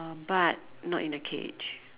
uh but not in a cage